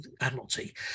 Admiralty